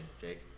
Jake